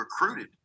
recruited